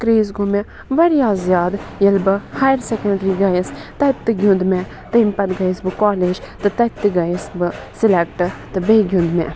craze گوٚو مےٚ واریاہ زیادٕ ییٚلہِ بہٕ ہایر سیٚکَنڈری گٔیَس تَتہِ تہِ گُِنٛد مےٚ تمہِ پَتہٕ گٔیَس بہٕ کالیج تہٕ تَتہِ تہِ گٔیَس بہٕ سِلٮ۪کٹ تہٕ بیٚیہِ گُِنٛد مےٚ